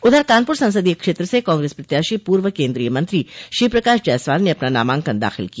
उधर कानपुर संसदीय क्षेत्र से कांग्रेस प्रत्याशी पूर्व केन्द्रीय मंत्री श्रीप्रकाश जायसवाल ने अपना नामांकन दाखिल किया